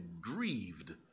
grieved